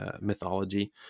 mythology